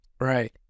right